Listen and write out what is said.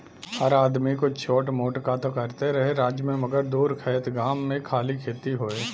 हर आदमी कुछ छोट मोट कां त करते रहे राज्य मे मगर दूर खएत गाम मे खाली खेती होए